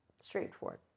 Straightforward